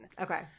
Okay